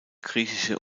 griechische